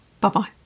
Bye-bye